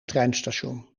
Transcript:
treinstation